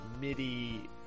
MIDI